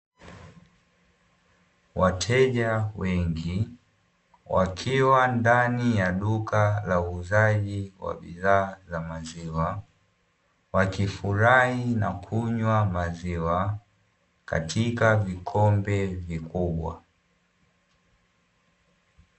Wateja wengi wakiwa ndani ya duka la uuzaji wa bidhaa za maziwa, wakifurahi na kunywa maziwa katika vikombe vikubwa.